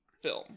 film